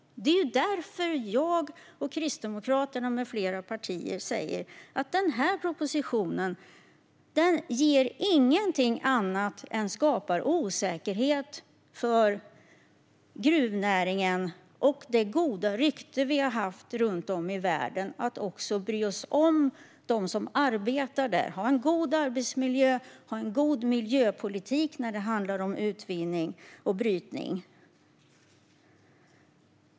Det är därför som jag och Kristdemokraterna med flera partier säger att den här propositionen inte gör något annat än skapar osäkerhet för gruvnäringen och det goda rykte som vi har haft runt om i världen, att vi bryr oss om dem som arbetar där och att arbetsmiljön och miljöpolitiken är god när det handlar om utvinning och brytning.